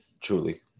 truly